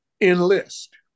enlist